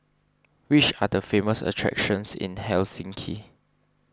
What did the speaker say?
which are the famous attractions in Helsinki